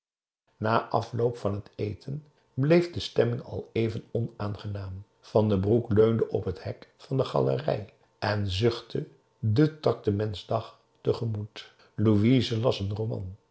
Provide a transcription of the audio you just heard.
na afloop van het eten bleef de stemming al even onaangenaam van den broek leunde op het hek van de galerij en zuchtte den tractementsdag tegemoet louise las een roman